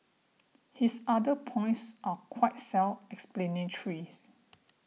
his other points are quite self explanatory